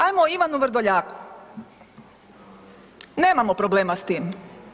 Ajmo o Ivanu Vrdoljaku, nemamo problema s tim.